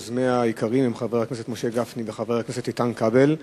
יוזמיה העיקריים הם חבר הכנסת משה גפני וחבר הכנסת איתן כבל.